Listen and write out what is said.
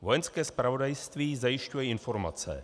Vojenské zpravodajství zajišťuje informace